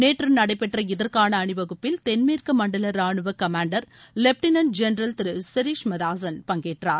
நேற்று நடைபெற்ற இதற்கான அணிவகுப்பில் தென்மேற்கு மண்டல ரானுவ கமாண்டர் லெப்டினன்ட் ஜென்ரல் திரு செரீஷ் மதாசன் பங்கேற்றார்